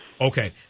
Okay